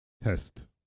test